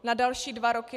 Na další dva roky?